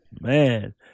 Man